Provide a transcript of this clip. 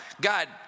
God